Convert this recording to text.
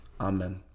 Amen